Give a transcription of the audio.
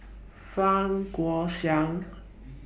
Fang Guixiang